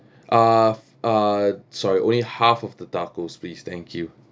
uh uh sorry only half of the tacos please thank you